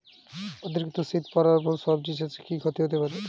অতিরিক্ত শীত পরার ফলে সবজি চাষে কি ক্ষতি হতে পারে?